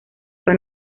fue